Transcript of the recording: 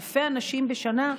אלפי אנשים בשנה,